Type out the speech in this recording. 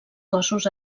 cossos